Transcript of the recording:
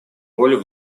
роль